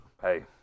Hey